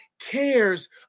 cares